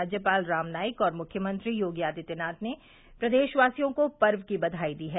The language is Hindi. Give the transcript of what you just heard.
राज्यपाल राम नाईक और मुख्यमंत्री योगी आदित्यनाथ ने प्रदेशवासियों को पर्व की बधाई दी है